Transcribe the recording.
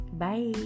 Bye